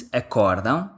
acordam